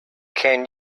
can